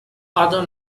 other